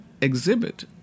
exhibit